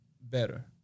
better